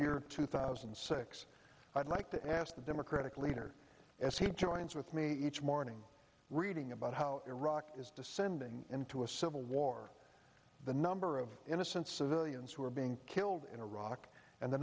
shared six i'd like to ask the democratic leader as he joins with me each morning reading about how iraq is descending into a civil war the number of innocent civilians who are being killed in iraq and the